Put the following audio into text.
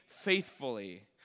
faithfully